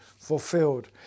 fulfilled